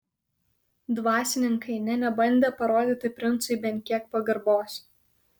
dvasininkai nė nebandė parodyti princui bent kiek pagarbos